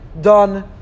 done